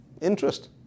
interest